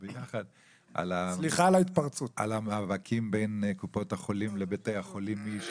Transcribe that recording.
על המאבקים בין קופות החולים לבתי החולים לגבי מי ישלם.